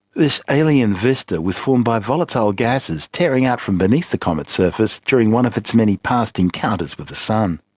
this alien vista was formed by volatile gases tearing out from beneath the comet's surface during one of its many past encounters with the sun.